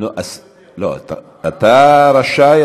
אתה רשאי,